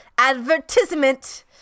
Advertisement